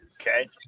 okay